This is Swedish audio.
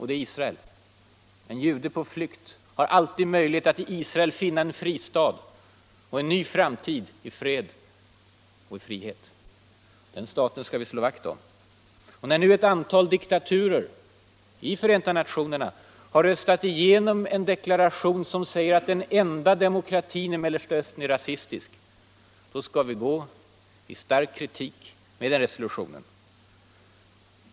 Det är Israel. En jude på flykt har alltid möjlighet att i Israel finna en fristad och en ny framtid i frihet. Den staten skall vi slå vakt om. När nu ett antal diktaturer i Förenta nationerna har röstat igenom en resolution som säger att den enda demokratin i Mellersta Östern är rasistisk skall vi gå ut i stark kritik mot den.